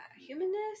humanness